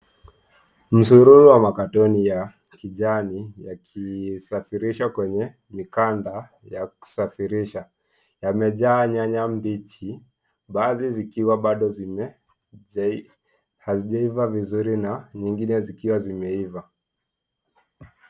Msururu ya makatoni ya kijani yakisafirishwa kwenye mikanda ya kusafirisha. Yamejaa nyanya mbichi, baadhi zikiwa baado hazijaiva vizuri na nyingine zikiwa zimeiva.